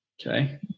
Okay